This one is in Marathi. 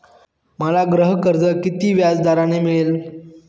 मला गृहकर्ज किती व्याजदराने मिळेल?